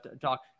talk